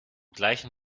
gleichen